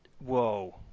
Whoa